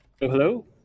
hello